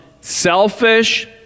selfish